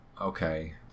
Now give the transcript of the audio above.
Okay